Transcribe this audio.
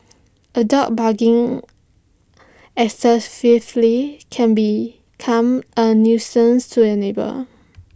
A dog barking excessively can become A nuisance to your neighbours